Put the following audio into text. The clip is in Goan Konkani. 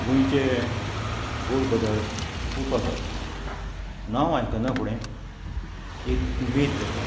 गोंयचे गोड पदार्थ खूब आसात नांव आयकना फुडें एक उमेद जाता